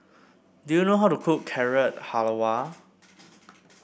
do you know how to cook Carrot Halwa